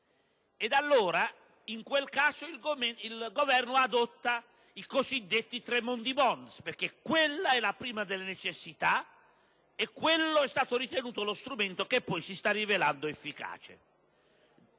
allora, in quel caso, il Governo adotta i cosiddetti Tremonti *bond,* perché quella è la prima delle necessità e quello è stato ritenuto uno strumento efficace, come poi si sta rivelando.